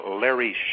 Larry